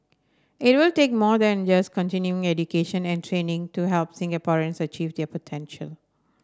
it will take more than just continuing education and training to help Singaporeans achieve their potential